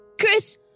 Chris